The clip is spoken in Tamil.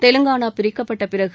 தெலுங்கானா பிரிக்கப்பட்டபிறகு